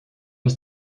ist